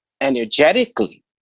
energetically